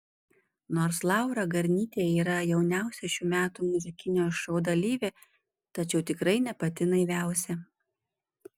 nors laura garnytė yra jauniausia šių metų muzikinio šou dalyvė tačiau tikrai ne pati naiviausia